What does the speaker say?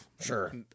sure